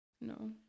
No